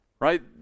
Right